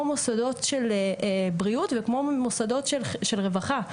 מוסדות של בריאות וכמו מוסדות של רווחה.